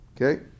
Okay